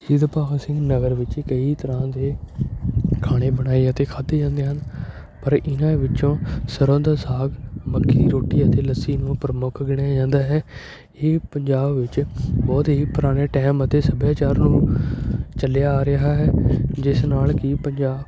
ਸ਼ਹੀਦ ਭਗਤ ਸਿੰਘ ਨਗਰ ਵਿੱਚ ਕਈ ਤਰ੍ਹਾਂ ਦੇ ਖਾਣੇ ਬਣਾਏ ਅਤੇ ਖਾਧੇ ਜਾਂਦੇ ਹਨ ਪਰ ਇਹਨਾਂ ਵਿੱਚੋਂ ਸਰ੍ਹੋਂ ਦਾ ਸਾਗ ਮੱਕੀ ਦੀ ਰੋਟੀ ਅਤੇ ਲੱਸੀ ਨੂੰ ਪ੍ਰਮੁੱਖ ਗਿਣਿਆ ਜਾਂਦਾ ਹੈ ਇਹ ਪੰਜਾਬ ਵਿੱਚ ਬਹੁਤ ਹੀ ਪੁਰਾਣੇ ਟਾਈਮ ਅਤੇ ਸੱਭਿਆਚਾਰ ਨੂੰ ਚੱਲਿਆ ਆ ਰਿਹਾ ਹੈ ਜਿਸ ਨਾਲ਼ ਕਿ ਪੰਜਾਬ